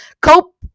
Cope